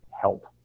help